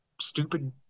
stupid